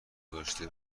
گذاشته